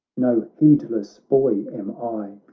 no heedless boy am i,